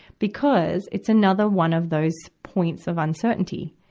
because it's another one of those points of uncertainty.